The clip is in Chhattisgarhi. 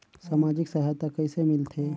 समाजिक सहायता कइसे मिलथे?